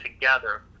together